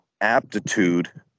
aptitude